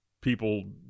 people